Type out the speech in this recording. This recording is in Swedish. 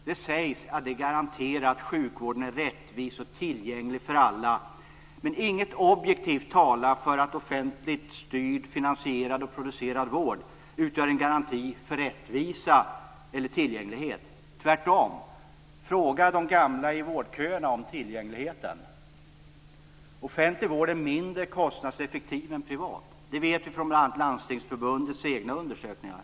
Det sägs att det garanterar att sjukvården är rättvis och tillgänglig för alla men inget objektivt talar för att offentligt styrd, finansierad och producerad vård utgör en garanti för rättvisa och tillgänglighet. Tvärtom! Fråga de gamla i vårdköerna om tillgängligheten! Offentlig vård är mindre kostnadseffektiv än privat vård. Det vet vi från bl.a. Landstingsförbundets egna undersökningar.